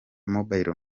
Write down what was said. mobile